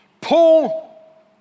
Paul